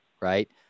right